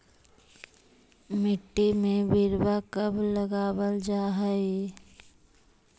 मिट्टी में बिरवा कब लगावल जा हई?